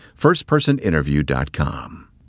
firstpersoninterview.com